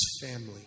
family